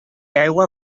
aigua